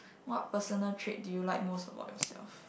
what personal trait do you like most about yourself